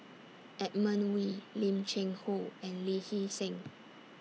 Edmund Wee Lim Cheng Hoe and Lee Hee Seng